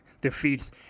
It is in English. defeats